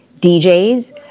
DJs